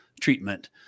treatment